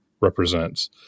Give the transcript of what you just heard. represents